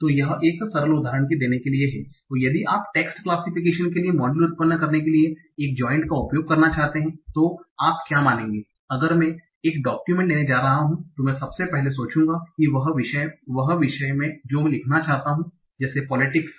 तो यह एक सरल उदाहरण देने के लिए है यदि आप टेक्स्ट क्लासिफिकेशन के लिए मॉड्यूल उत्पन्न करने के लिए एक जाइंट का उपयोग करना चाहते हैं तो आप क्या मानेंगे अगर मैं एक डोक्यूमेंट लेने जा रहा हूं तो मैं सबसे पहले सोचूंगा कि वह विषय जो मैं लिखना चाहता हूं जैसे पोलिटिक्स